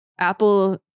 Apple